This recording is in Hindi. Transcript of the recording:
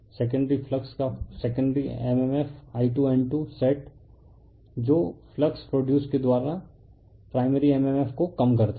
सेकेंडरी फ्लक्स का सेकेंडरी mmf I2N2 सेट जो फ्लक्स प्रोडयुस के द्वारा प्राइमरी mmf को कम करता है